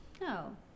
No